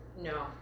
No